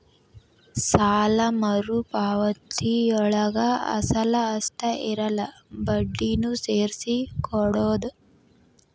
ಸಾಲ ಮರುಪಾವತಿಯೊಳಗ ಅಸಲ ಅಷ್ಟ ಇರಲ್ಲ ಬಡ್ಡಿನೂ ಸೇರ್ಸಿ ಕೊಡೋದ್